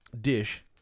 dish